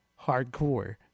hardcore